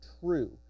true